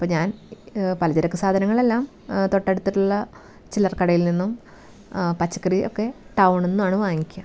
അപ്പം ഞാൻ പലചരക്ക് സാധനങ്ങളെല്ലാം തൊട്ടടുത്തിട്ടുള്ള ചില്ലറ കടയിൽ നിന്നും പച്ചക്കറിയൊക്കെ ടൗണ്ന്നാണ് വാങ്ങിക്യ